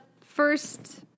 first